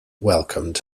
welcomed